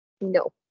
No